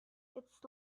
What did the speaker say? its